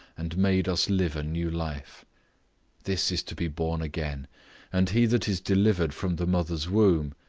and made us live a new life this is to be born again and he that is delivered from the mother's womb,